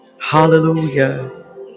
Hallelujah